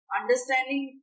understanding